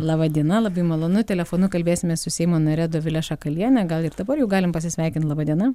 laba diena labai malonu telefonu kalbėsimės su seimo nare dovile šakaliene gal ir dabar jau galim pasisveikint laba diena